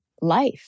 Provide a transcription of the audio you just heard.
life